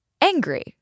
angry